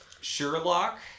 Sherlock